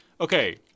Okay